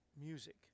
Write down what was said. music